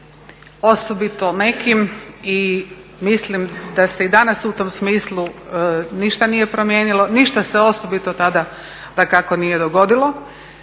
osobito nekim i mislim da se i danas u tom smislu ništa nije promijenilo, ništa se osobito tada dakako nije dogodilo.